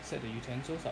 set the utensils up